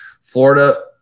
Florida